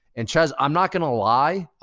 and chezz, i'm not gonna lie.